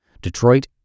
Detroit